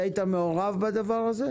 אתה היית מעורב בדבר הזה?